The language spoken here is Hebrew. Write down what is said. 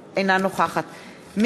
אינה נוכחת אורלי לוי אבקסיס,